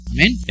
Amen